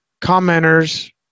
commenters